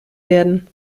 werden